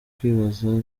kwibaza